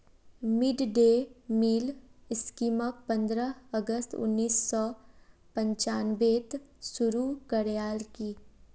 mid day meal स्कीमक पंद्रह अगस्त उन्नीस सौ पंचानबेत शुरू करयाल की